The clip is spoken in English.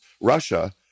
Russia